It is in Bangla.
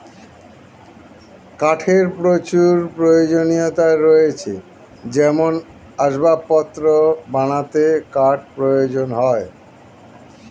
কাঠের প্রচুর প্রয়োজনীয়তা রয়েছে যেমন আসবাবপত্র বানাতে কাঠ প্রয়োজন হয়